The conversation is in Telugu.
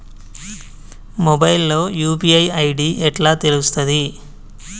మొబైల్ లో యూ.పీ.ఐ ఐ.డి ఎట్లా తెలుస్తది?